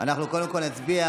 אנחנו קודם כול נצביע